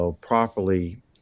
properly